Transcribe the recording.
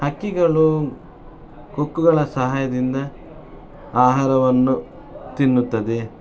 ಹಕ್ಕಿಗಳು ಕೊಕ್ಕುಗಳ ಸಹಾಯದಿಂದ ಆಹಾರವನ್ನು ತಿನ್ನುತ್ತದೆ